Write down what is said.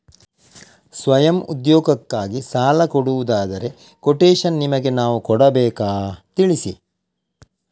ಸ್ವಯಂ ಉದ್ಯೋಗಕ್ಕಾಗಿ ಸಾಲ ಕೊಡುವುದಾದರೆ ಕೊಟೇಶನ್ ನಿಮಗೆ ನಾವು ಕೊಡಬೇಕಾ ತಿಳಿಸಿ?